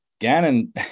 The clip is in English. Gannon